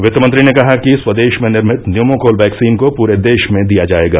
वित्तमंत्री ने कहा कि स्वदेश में निर्मित न्यूमोकोल वैक्सीन को पूरे देश में दिया जायेगा